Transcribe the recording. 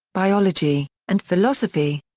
biology, and philosophy.